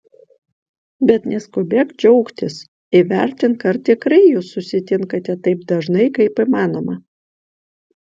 bet neskubėk džiaugtis įvertink ar tikrai jūs susitinkate taip dažnai kaip įmanoma